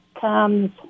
comes